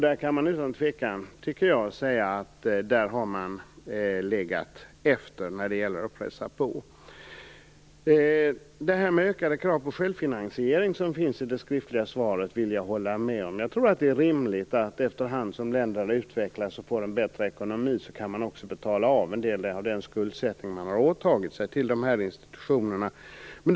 Där har man utan tvekan legat efter när det gäller att pressa på. Det som gäller ökade krav på självfinansiering i det skriftliga svaret vill jag hålla med om. Jag tror att det är rimligt att länderna efterhand som de utvecklas och får en bättre ekonomi också skall betala av en del av den skuldsättning till de här institutionerna som de har åtagit sig.